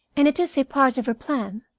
and it was a part of her plan.